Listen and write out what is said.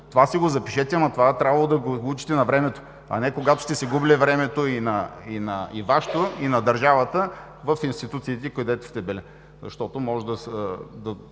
Това си го запишете, но е трябвало да го учите навремето, а не когато сте си губили времето – и Вашето, и на държавата в институциите, където сте били. Защото можем да